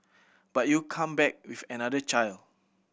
but you come back with another child